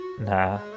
nah